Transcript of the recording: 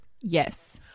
Yes